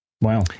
Wow